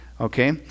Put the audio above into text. Okay